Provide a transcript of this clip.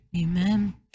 Amen